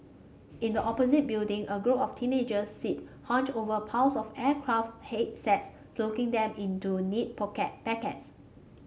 in the opposite building a group of teenagers sit hunched over piles of aircraft headsets slotting them into neat packets